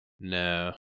No